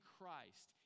Christ